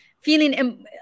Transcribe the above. feeling